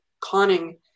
conning